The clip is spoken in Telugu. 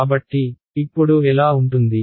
కాబట్టి ఇప్పుడు ఎలా ఉంటుంది